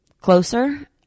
closer